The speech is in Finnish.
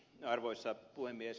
arvoisa puhemies